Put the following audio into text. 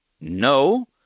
no